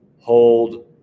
hold